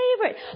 favorite